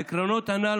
העקרונות הנ"ל,